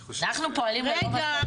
רגע,